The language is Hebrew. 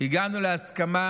הגענו להסכמה,